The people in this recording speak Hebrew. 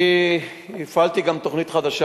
אני הפעלתי גם תוכנית חדשה,